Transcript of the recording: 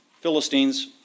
Philistines